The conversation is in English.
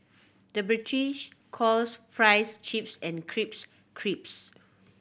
the British calls fries chips and crisps crisps